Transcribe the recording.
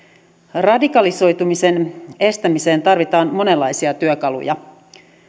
radikalisoitumisen estämiseen tarvitaan monenlaisia työkaluja